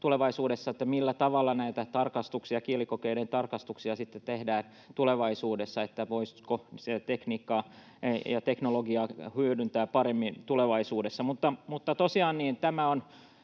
millä tavalla näitä kielikokeiden tarkastuksia sitten tehdään tulevaisuudessa, voisiko siinä tekniikkaa ja teknologiaa hyödyntää paremmin tulevaisuudessa. Tosiaan